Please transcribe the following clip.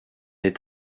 est